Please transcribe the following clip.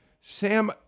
Sam